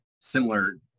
similar